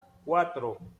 cuatro